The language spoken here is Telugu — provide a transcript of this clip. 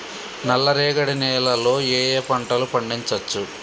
నల్లరేగడి నేల లో ఏ ఏ పంట లు పండించచ్చు?